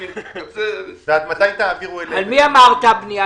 הזכרת בנייה